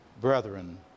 brethren